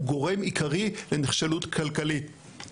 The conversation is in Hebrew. הוא גורם עיקרי לנחשלות כלכלית,